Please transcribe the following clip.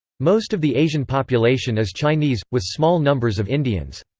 most of the asian population is chinese, with small numbers of indians.